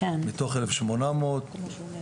מתוך אלף שמונה מאות.